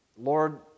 Lord